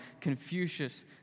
Confucius